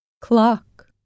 Clock